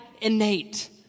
innate